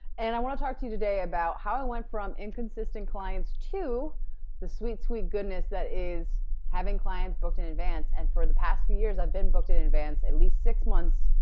and i want to talk to you today about how i went from inconsistent clients to the sweet, sweet goodness that is having clients booked in advance. and for the past few years i've been booked in advance, at least six months,